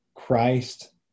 Christ